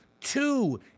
two